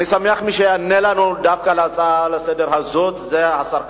אני שמח שמי שיענה לנו על ההצעות לסדר-היום הזאת הוא דווקא השר כחלון.